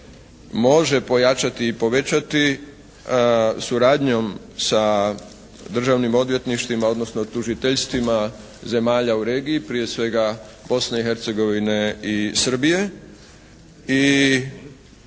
može pojačati i povećati suradnjom sa Državnim odvjetništvima, odnosno tužiteljstvima zemalja u regiji, prije svega Bosne i Hercegovine i Srbije